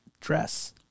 dress